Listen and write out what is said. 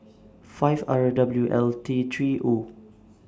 five R W L three O